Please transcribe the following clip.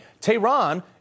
Tehran